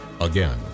again